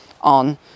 on